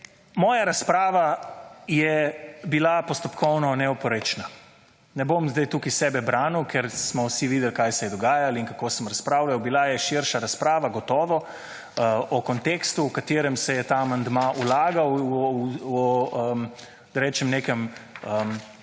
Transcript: moja razprava je bila postopkovno neoporečna. Ne bom sedaj tukaj sebe branil, ker smo vsi videli kaj se je dogajalo in kako sem razpravljal. Bila je širša razprava gotovo v kontekstu, v katerem se je ta amandma vlagal, da rečem nekem